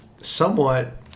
somewhat